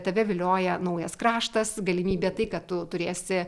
tave vilioja naujas kraštas galimybė tai ką tu turėsi